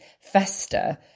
fester